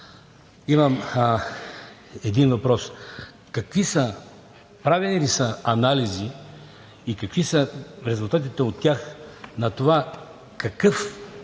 имам един въпрос: правени ли са анализи и какви са резултатите от тях на това по какъв